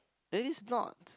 then it's not